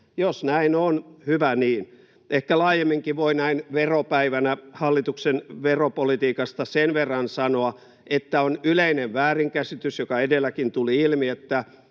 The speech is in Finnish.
Jos näin on, hyvä niin. Ehkä laajemminkin voi näin veropäivänä hallituksen veropolitiikasta sen verran sanoa, että on yleinen väärinkäsitys, joka edelläkin tuli ilmi, että